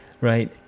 right